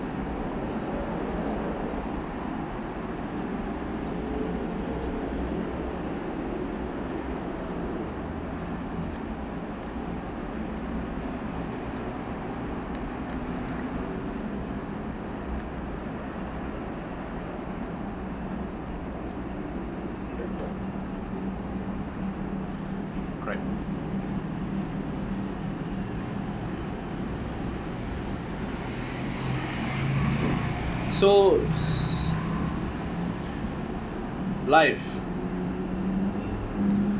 correct so life